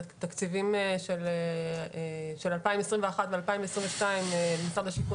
את התקציבים של 2021 ו-2022 משרד השיכון